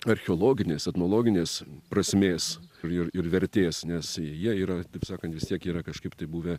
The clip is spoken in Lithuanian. archeologinės etnologinės prasmės ir ir vertės nes jie yra taip sakant vis tiek yra kažkaip tai buvę